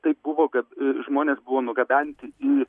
taip buvo kad žmonės buvo nugabenti į